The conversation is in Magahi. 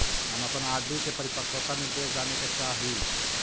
हम अपन आर.डी के परिपक्वता निर्देश जाने के चाह ही